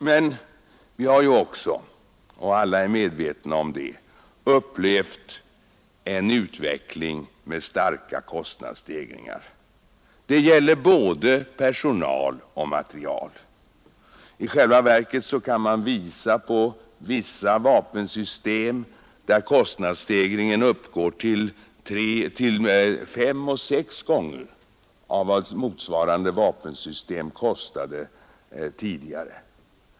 Men vi har också, och alla är medvetna om det, upplevt en utveckling med starka kostnadsstegringar när det gäller både personal och material. I själva verket kan man visa på vissa vapensystem, där kostnadsstegringen uppgår till fem eller sex gånger så mycket som motsvarande vapensystem kostade tidigare.